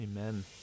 Amen